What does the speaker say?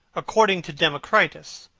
according to democritus,